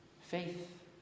Faith